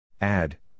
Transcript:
Add